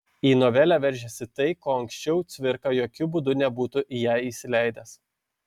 į novelę veržiasi tai ko anksčiau cvirka jokiu būdu nebūtų į ją įsileidęs